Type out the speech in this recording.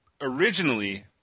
originally